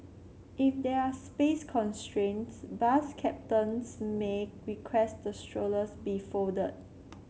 if there are space constraints bus captains may request the strollers be folded